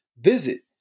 visit